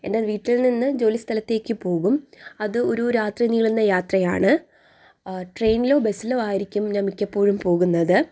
എൻ്റെ വീട്ടിൽ നിന്ന് ജോലി സ്ഥലത്തേക്ക് പോകും അത് ഒരു രാത്രി നീളുന്ന യാത്രയാണ് ട്രെയിനിലോ ബസ്സിലോ ആയിരിക്കും ഞാൻ മിക്കപ്പോഴും പോകുന്നത്